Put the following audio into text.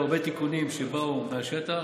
עובדה, היו הרבה תיקונים שבאו מהשטח.